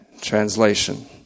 Translation